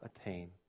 attain